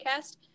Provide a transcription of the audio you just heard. podcast